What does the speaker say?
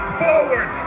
forward